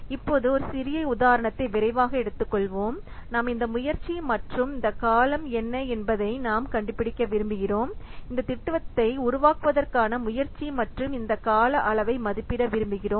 இப்போது ஒரு சிறிய உதாரணத்தை விரைவாக எடுத்துக்கொள்வோம் நாம் இந்த முயற்சி மற்றும் இந்த காலம் என்ன என்பதை நாம் கண்டுபிடிக்க விரும்புகிறோம் இந்த திட்டத்தை உருவாக்குவதற்கான முயற்சி மற்றும் இந்த கால அளவை மதிப்பிட விரும்புகிறோம்